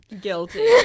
guilty